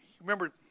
remember